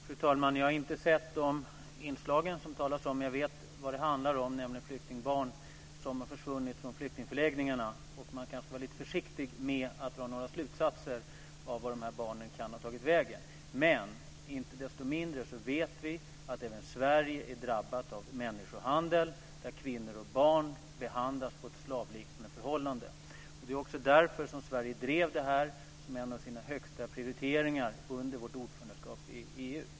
Fru talman! Jag har inte sett de inslag som det talas om, men jag vet vad de handlar om, nämligen flyktingbarn som har försvunnit från flyktingförläggningarna. Man kanske ska vara lite försiktig med att dra några slutsatser om vart de här barnen kan ha tagit vägen. Men inte desto mindre vet vi att även Sverige är drabbat av människohandel där kvinnor och barn behandlas på ett slavliknande sätt. Det var också därför som Sverige drev det här som en av sina främsta prioriteringar under vårt ordförandeskap i EU.